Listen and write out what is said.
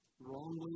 Wrongly